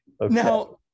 Now